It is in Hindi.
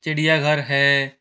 चिड़िया घर है